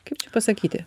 kaip čia pasakyti